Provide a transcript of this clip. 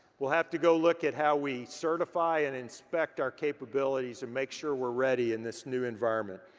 we'll have to go look at how we certify and inspect our capabilities and make sure we're ready in this new environment.